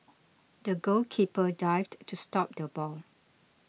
the goalkeeper dived to stop the ball